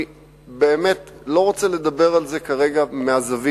אני באמת לא רוצה לדבר על זה כרגע מהזווית